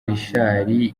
richard